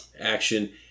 action